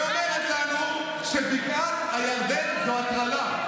ואומרת לנו שבקעת הירדן זו הטרלה.